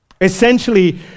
Essentially